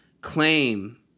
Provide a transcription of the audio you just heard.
claim